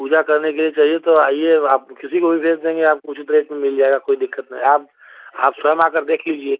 पूजा करने के लिए चाहिए तो आइए आप किसी को भी भेज देंगी आपको उचित रेट में मिल जाएगा कोई दिक़्क़त नहीं आप आप स्वयं आकर देख लीजिए